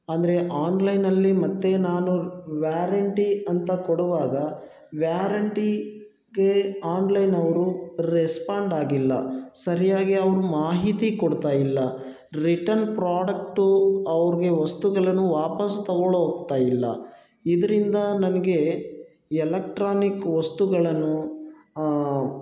ಅಂದರೆ ಆನ್ಲೈನಲ್ಲಿ ಮತ್ತು ನಾನು ವ್ ವ್ಯಾರಂಟಿ ಅಂತ ಕೊಡುವಾಗ ವ್ಯಾರಂಟೀಗೆ ಆನ್ಲೈನವರು ರೆಸ್ಪಾಂಡ್ ಆಗಿಲ್ಲ ಸರಿಯಾಗಿ ಅವರು ಮಾಹಿತಿ ಕೊಡ್ತಾ ಇಲ್ಲ ರಿಟರ್ನ್ ಪ್ರಾಡಕ್ಟು ಅವ್ರಿಗೆ ವಸ್ತುಗಳನ್ನು ವಾಪಸ್ ತಗೊಂಡು ಹೋಗ್ತಾ ಇಲ್ಲ ಇದರಿಂದ ನನಗೆ ಯಲಕ್ಟ್ರಾನಿಕ್ ವಸ್ತುಗಳನ್ನು